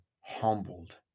humbled